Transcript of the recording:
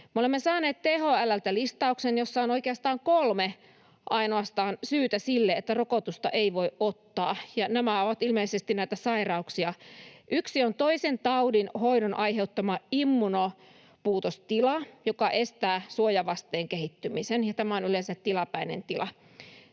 Olemme saaneet THL:ltä listauksen, jossa on oikeastaan ainoastaan kolme syytä sille, että rokotusta ei voi ottaa, ja nämä ovat ilmeisesti näitä sairauksia. Yksi on toisen taudin hoidon aiheuttama immunopuutostila, joka estää suojavasteen kehittymisen, ja tämä on yleensä tilapäinen tila;